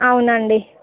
అవునండి